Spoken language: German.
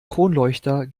kronleuchter